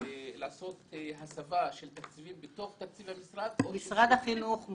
ולעשות הסבה של תקציבים בתוך תקציב המשרד או